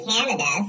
Canada